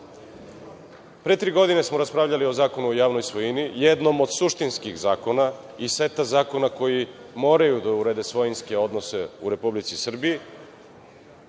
tri godine smo raspravljali o Zakonu o javnoj svojini, jednom od suštinskih zakona iz seta zakona koji moraju da urade svojinske odnose u Republici Srbiji.